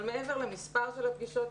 אבל מעבר למספר של הפגישות,